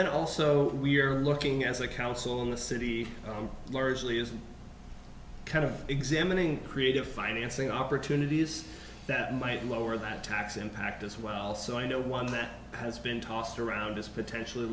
then also we're looking as a council in the city largely as kind of examining creative financing opportunities that might lower that tax impact as well so i know one that has been tossed around as potentially